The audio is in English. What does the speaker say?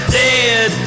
dead